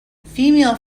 female